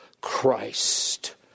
Christ